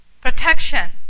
Protection